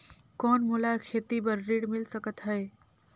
कौन मोला खेती बर ऋण मिल सकत है?